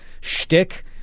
shtick